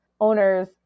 owners